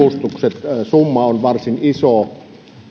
avustukset summa on varsin iso